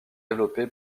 développé